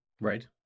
Right